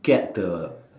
get the